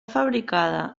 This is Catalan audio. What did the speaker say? fabricada